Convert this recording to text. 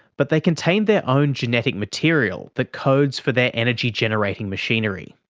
but they contain their own genetic material that codes for their energy-generating machinery.